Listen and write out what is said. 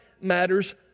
matters